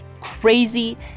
crazy